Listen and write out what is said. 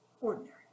ordinary